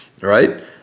right